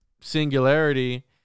singularity